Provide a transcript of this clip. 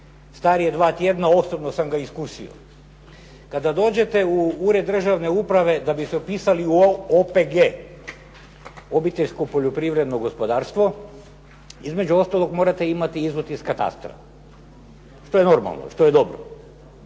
Star je dva tjedna. Osobno sam ga iskusio. Kada dođete u ured državne uprave da biste upisali OPG, obiteljsko poljoprivredno gospodarstvo, između ostalog morate imati izvod iz katastra. Što je normalno, što je dobro.